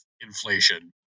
inflation